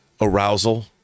Arousal